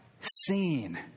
seen